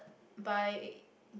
by